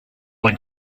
con